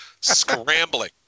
scrambling